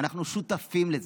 אנחנו שותפים לזה,